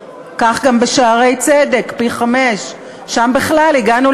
בשר"פ, הפיילוטים כבר נעשו.